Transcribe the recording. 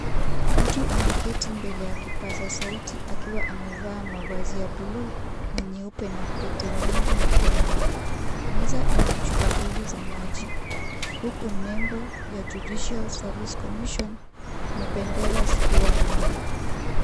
Mtu ameketi mbele ya kipaza sauti akiwa amevaa mavazi ya buluu na nyeupe na pete nyingi mikononi, meza ina chupa mbili za maji huku nembo ya Judiciary Service Commission na bendera zikiwa nyuma.